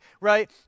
right